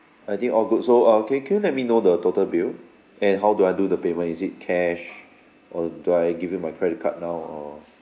I think all good so uh can you can you let me know the total bill and how do I do the payment is it cash or do I give you my credit card now or